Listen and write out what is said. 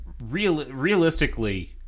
realistically